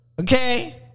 Okay